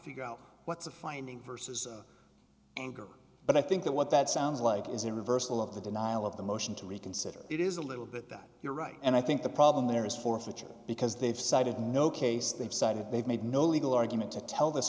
figure out what's a finding versus anger but i think that what that sounds like is a reversal of the denial of the motion to reconsider it is a little bit that you're right and i think the problem there is forfeiture because they've cited no case they've cited they've made no legal argument to tell this